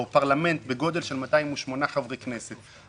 או פרלמנט בגודל של 208 חברי כנסת.